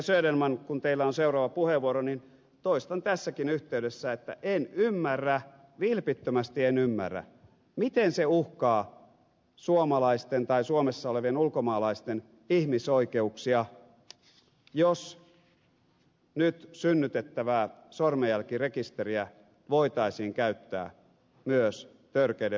söderman kun teillä on seuraava puheenvuoro niin toistan tässäkin yhteydessä että en ymmärrä vilpittömästi en ymmärrä miten se uhkaa suomalaisten tai suomessa olevien ulkomaalaisten ihmisoikeuksia jos nyt synnytettävää sormenjälkirekisteriä voitaisiin käyttää myös törkeiden rikosten selvittämiseen